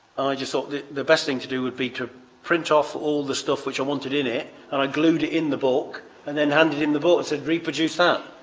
just thought the the best thing to do would be to print off all the stuff which i wanted in it and i glued it in the book and then handed him the book and said reproduce um